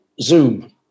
Zoom